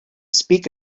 speak